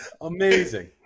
amazing